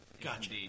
Gotcha